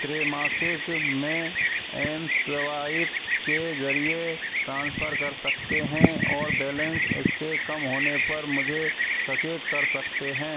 त्रैमासिक में M swipe के जरिए ट्रांसफर कर सकते हैं और बैलेंस इससे कम होने पर मुझे सचेत कर सकते हैं